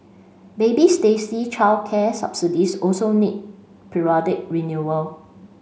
baby Stacey childcare subsidies also need periodic renewal